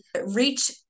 reach